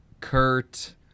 Kurt